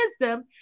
wisdom